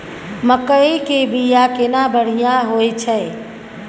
मकई के बीया केना बढ़िया होय छै?